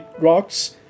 rocks